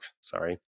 sorry